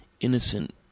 Innocent